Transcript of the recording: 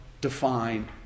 define